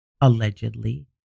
allegedly